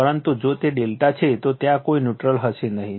પરંતુ જો તે ∆ છે તો ત્યાં કોઈ ન્યુટ્રલ હશે નહીં